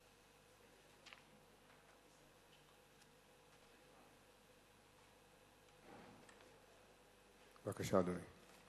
בבקשה, אדוני.